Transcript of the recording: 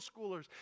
schoolers